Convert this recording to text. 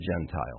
Gentile